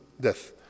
death